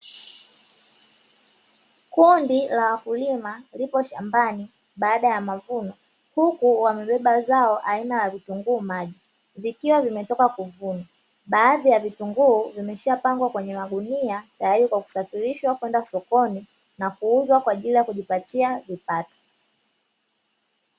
Kundi la wakulima lipo shambani baada ya mavuno huku wamebeba zao aina ya vitunguu maji vikiwa vimetoka kuvunwa, baadhi ya vitunguu vimeshapangwa kwenye magunia tayari kwa kusafirisha kwenda sokoni na kuuza kwa ajili ya kujipatia kipato.